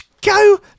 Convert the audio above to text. Go